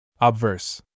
Obverse